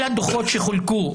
כל הדוחות שחולקו,